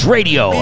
Radio